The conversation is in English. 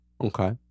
Okay